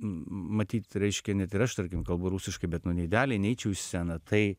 matyt reiškia net ir aš tarkim kalbu rusiškai bet nu neidealiai neičiau į sceną tai